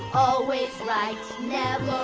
always right, never